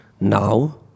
now